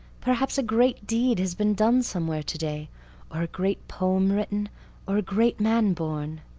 perhaps a great deed has been done somewhere today or a great poem written or a great man born.